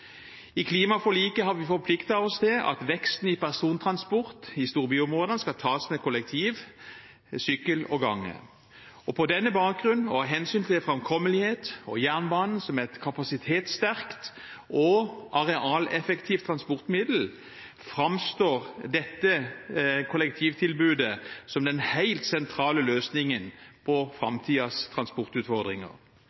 I klimaforliket har vi forpliktet oss til at veksten i persontransport i storbyområdene skal tas med kollektiv, sykkel og gange. På denne bakgrunn og av hensyn til framkommelighet og at jernbanen er et kapasitetssterkt og arealeffektivt transportmiddel, framstår dette kollektivtilbudet som den helt sentrale løsningen på